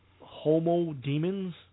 homo-demons